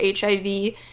HIV